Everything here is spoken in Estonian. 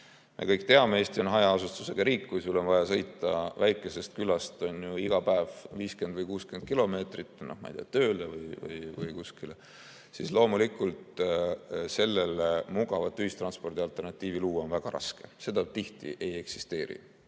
Me kõik teame, et Eesti on hajaasustusega riik. Kui sul on vaja sõita väikesest külast iga päev 50 või 60 kilomeetrit tööle või kuskile, siis loomulikult sellele mugavat ühistranspordi alternatiivi luua on väga raske, seda tihti ei eksisteeri.